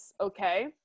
okay